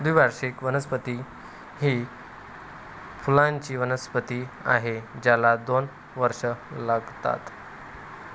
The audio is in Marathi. द्विवार्षिक वनस्पती ही फुलांची वनस्पती आहे ज्याला दोन वर्षे लागतात